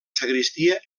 sagristia